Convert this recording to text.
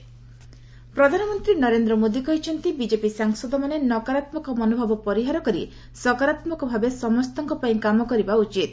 PM workshop ପ୍ରଧାନମନ୍ତ୍ରୀ ନରେନ୍ଦ୍ର ମୋଦି କହିଛନ୍ତି ଯେ ବିଜେପି ସାଂସଦମାନେ ନକାରାତ୍ମକ ମନୋଭାବ ପରିହାର କରି ସକାରାତ୍ମକ ଭାବେ ସମସ୍ତଙ୍କ ପାଇଁ କାମ କରିବା ଉଚିତ